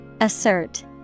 Assert